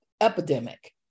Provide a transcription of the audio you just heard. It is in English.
epidemic